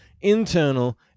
internal